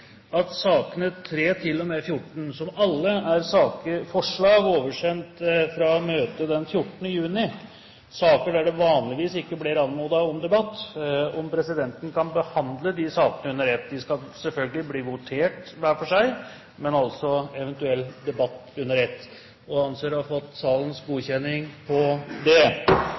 at sakene nr. 3–14, som alle er forslag oversendt fra møtet den 14. juni, saker der det vanligvis ikke blir anmodet om debatt, kan behandles under ett. Sakene skal selvfølgelig bli votert over hver for seg, men presidenten ber altså om at vi tar eventuell debatt under ett. – Presidenten anser å ha fått salens godkjenning til det.